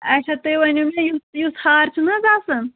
اچھا تُہۍ ؤنِو مےٚ یُس یُس ہار چھُنہٕ حظ آسان